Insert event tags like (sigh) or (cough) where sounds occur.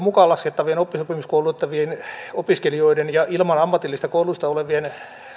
(unintelligible) mukaan laskettavien oppisopimuskoulutettavien opiskelijoiden ja ilman ammatillista koulutusta olevien